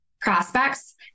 prospects